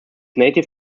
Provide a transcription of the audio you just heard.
native